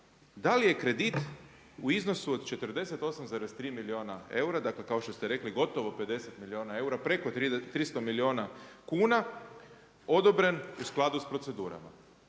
da li je kredit u iznosu od 48,3 milijuna eura, dakle, kao što ste rekli gotovo 50 milijuna eura, preko 300 milijuna kuna, odobren u skladu s procedurama.